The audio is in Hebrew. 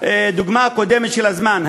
הדוגמה הקודמת של הזמן,